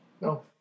no